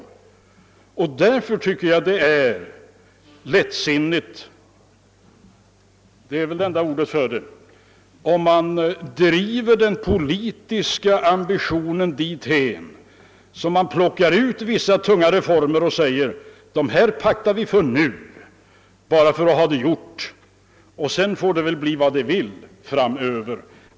Därför tycker jag att det är lättsinnigt — det är väl det enda ordet för det — om man driver den politiska ambitionen dithän att man plockar ut vissa tunga reformer och säger: Dessa »paktar» vi för nu bara för att ha det gjort, och sedan får det bli vad det vill framöver.